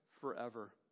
forever